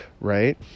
right